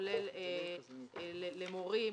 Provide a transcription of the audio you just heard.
כולל למורים,